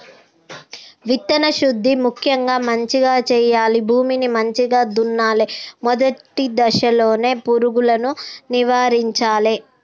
విత్తన శుద్ధి ముక్యంగా మంచిగ చేయాలి, భూమిని మంచిగ దున్నలే, మొదటి దశలోనే పురుగులను నివారించాలే